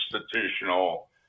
institutional